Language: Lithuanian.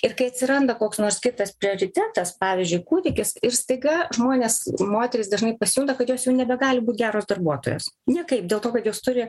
ir kai atsiranda koks nors kitas prioritetas pavyzdžiui kūdikis ir staiga žmonės moterys dažnai pasijunta kad jos jau nebegali būt geros darbuotojos niekaip dėl to kad jos turi